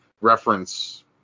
reference